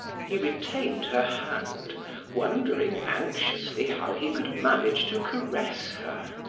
he retained her hand wondering anxiously how he could manage to caress her.